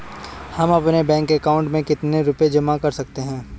हम अपने bank account में कितने रुपये जमा कर सकते हैं?